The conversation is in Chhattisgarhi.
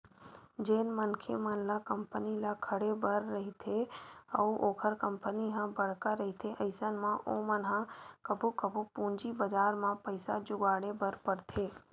जेन मनखे मन ल कंपनी ल खड़े बर रहिथे अउ ओखर कंपनी ह बड़का रहिथे अइसन म ओमन ह कभू कभू पूंजी बजार म पइसा जुगाड़े बर परथे